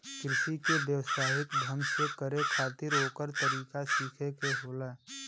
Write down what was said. कृषि के व्यवसायिक ढंग से करे खातिर ओकर तरीका सीखे के होला